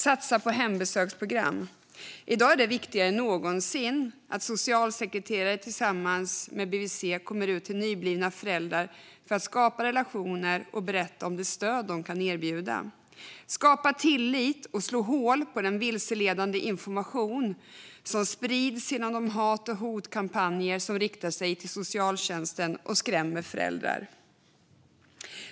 Satsa på hembesöksprogram! I dag är det viktigare än någonsin att socialsekreterare tillsammans med BVC kommer ut till nyblivna föräldrar för att skapa relationer och berätta om det stöd de kan erbjuda. Man behöver skapa tillit och slå hål på den vilseledande information som sprids genom de hat och hotkampanjer som riktar sig till socialtjänsten och som skrämmer föräldrar.